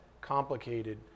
complicated